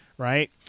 Right